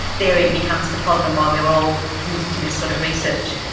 therein becomes the problem, why we are all committed to this sort of research.